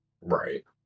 right